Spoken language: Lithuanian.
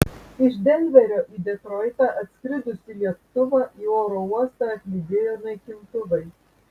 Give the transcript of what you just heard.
iš denverio į detroitą atskridusį lėktuvą į oro uostą atlydėjo naikintuvai